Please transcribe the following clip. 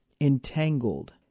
entangled